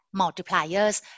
multipliers